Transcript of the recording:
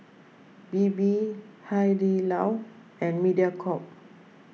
Bebe Hai Di Lao and Mediacorp